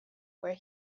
where